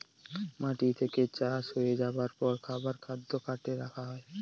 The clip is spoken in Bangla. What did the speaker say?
মাটি থেকে চাষ হয়ে যাবার পর খাবার খাদ্য কার্টে রাখা হয়